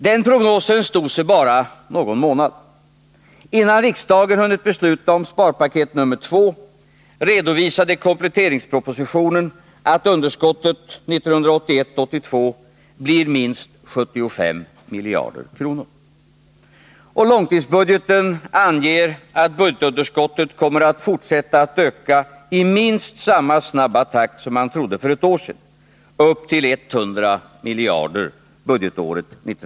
Den prognosen stod sig bara någon månad. Innan riksdagen hunnit besluta om sparpaket nr 2 redovisade kompletteringspropositionen att underskottet 1981 86.